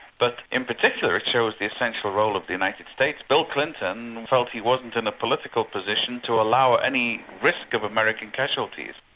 but in particular, it shows the essential role of the united states. bill clinton felt he wasn't in a political position to allow any risk of american casualties,